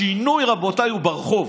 השינוי" רבותיי, "הוא ברחוב.